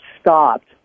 stopped